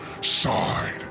side